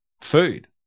food